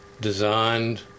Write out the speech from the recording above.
designed